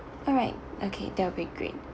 all right okay that will be great